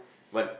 what